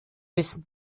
müssen